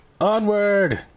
Onward